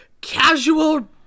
casual